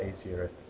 easier